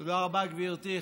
תודה רבה, גברתי.